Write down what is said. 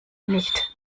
nicht